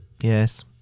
Yes